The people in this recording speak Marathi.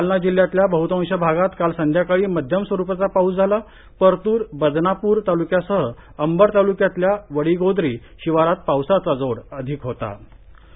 जालना जिल्ह्यातल्या बहतांश भागात काल संध्याकाळी मध्यम स्वरुपाचा पाऊस झाला परतूर बदनापूर ताल्क्यासह अंबड ताल्क्यातल्या वडीगोद्री शिवारात पावसाचा जोर अधिक होता़